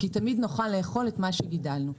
כי תמיד נוכל לאכול את מה שגידלנו.